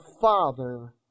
Father